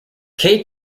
kaye